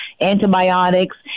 antibiotics